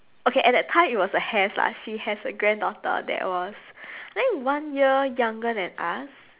okay at that time it was a has lah she has a granddaughter that was I think one year younger then us